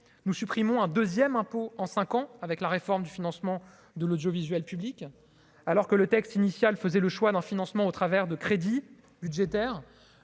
nous supprimons un 2ème impôt en 5 ans, avec la réforme du financement de l'audiovisuel public alors que le texte initial faisait le choix d'un financement au travers de crédits budgétaires,